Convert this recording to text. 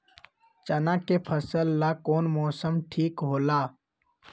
चाना के फसल ला कौन मौसम ठीक होला?